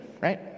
Right